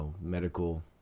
medical